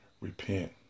repent